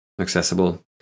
accessible